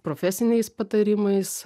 profesiniais patarimais